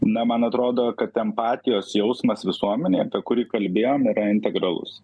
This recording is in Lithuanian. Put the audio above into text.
na man atrodo kad empatijos jausmas visuomenėje apie kurį kalbėjom yra integralus